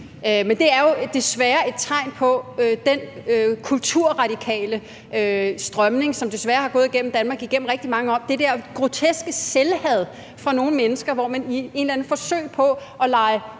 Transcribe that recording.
Men det er jo desværre et tegn på den kulturradikale strømning, som desværre er gået igennem Danmark igennem rigtig mange år, det der groteske selvhad fra nogle menneskers side, hvor man i et eller andet forsøg på at lege